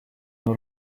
hari